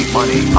money